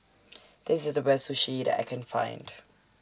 This IS The Best Sushi that I Can Find